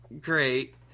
Great